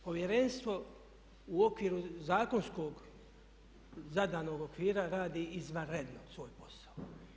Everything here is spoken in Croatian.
Povjerenstvo u okviru zakonskog zadanog okvira radi izvanredno svoj posao.